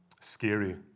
scary